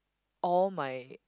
all my